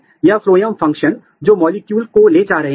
यहाँ ये पेनिकल के अनुदैर्ध्य वर्गों पर किए गए थे